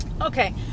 Okay